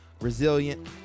resilient